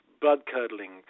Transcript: blood-curdling